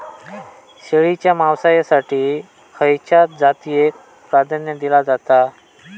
शेळीच्या मांसाएसाठी खयच्या जातीएक प्राधान्य दिला जाता?